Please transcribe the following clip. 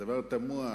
הדבר תמוה: